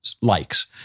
likes